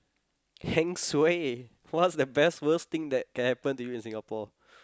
heng suay what's the best worst thing that can happen to you in Singapore